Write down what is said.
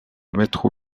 métro